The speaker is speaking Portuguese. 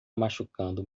machucando